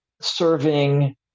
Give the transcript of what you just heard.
serving